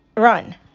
run